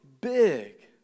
big